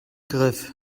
griff